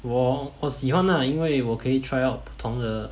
我我喜欢 ah 因为我可以 try out 不同的